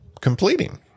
completing